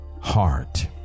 heart